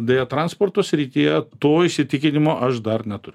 deja transporto srityje to įsitikinimo aš dar neturiu